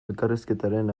elkarrizketaren